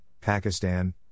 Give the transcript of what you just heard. Pakistan